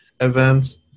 events